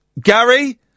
Gary